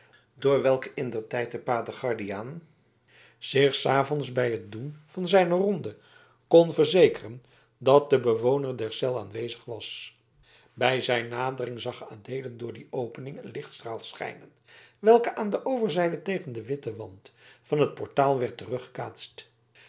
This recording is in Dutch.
door welke indertijd de pater guardiaan zich s avonds bij het doen zijner ronde kon verzekeren dat de bewoner der cel aanwezig was bij zijn nadering zag adeelen door die opening een lichtstraal schijnen welke aan de overzijde tegen den witten wand van het portaal werd